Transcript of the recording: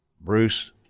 Bruce